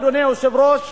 אדוני היושב-ראש,